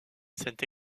cette